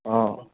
অঁ